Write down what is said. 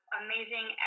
amazing